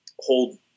hold